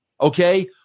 okay